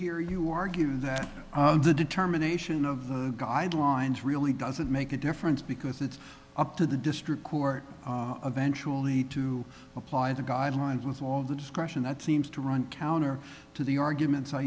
hear you argue that the determination of the guidelines really doesn't make a difference because it's up to the district court eventually to apply the guidelines with all the discretion that seems to run counter to the arguments i